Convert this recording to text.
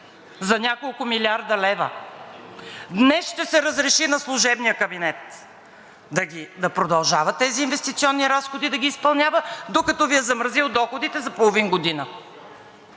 за няколко милиарда лева! Днес ще се разреши на служебния кабинет да продължава тези инвестиционни разходи да ги изпълнява, докато Ви е замразил доходите за половин година.